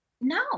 No